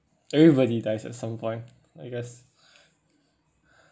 everybody dies at some point I guess